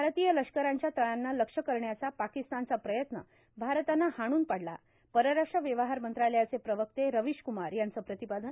भारतीय लष्करांच्या तळांना लक्ष्य करण्याचा पाकिस्तानचा प्रयत्न भारतानं हाणून पाडला परराष्ट्र व्यवहार मंत्रालयाचे प्रवक्ते रविशकुमार यांचं प्रतिपादन